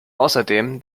außerdem